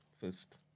first